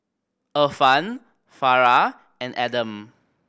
Irfan Farah and Adam